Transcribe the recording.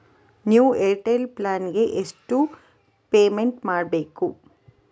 New Airtel plan ಗೆ ಎಷ್ಟು payment ಮಾಡ್ಬೇಕು?